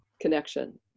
connection